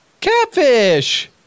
Catfish